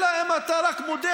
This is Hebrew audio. אלא אם כן אתה רק מודה,